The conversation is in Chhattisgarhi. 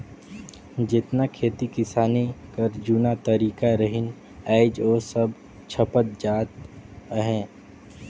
जेतना खेती किसानी कर जूना तरीका रहिन आएज ओ सब छपत जात अहे